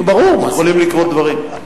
יכולים לקרות דברים.